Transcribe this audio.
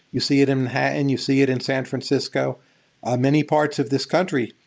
you see it in manhattan, you see it in san francisco, on many parts of this country.